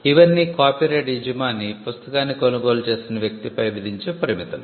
ఇవన్నీ కాపీరైట్ యజమాని పుస్తకాన్ని కొనుగోలు చేసిన వ్యక్తిపై విధించే పరిమితులు